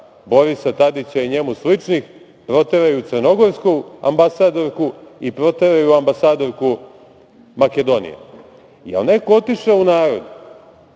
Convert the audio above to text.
Borisa Tadića i njemu sličnih, proteraju crnogorsku ambasadorku i proteraju ambasadorku Makedonije. Da li je neko otišao u narod